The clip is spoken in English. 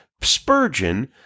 Spurgeon